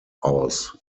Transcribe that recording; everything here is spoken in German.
aus